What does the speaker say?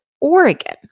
Oregon